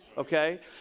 Okay